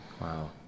wow